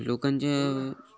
लोकांच्या